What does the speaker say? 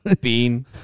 Bean